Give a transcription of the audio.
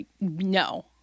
no